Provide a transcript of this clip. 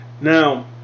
Now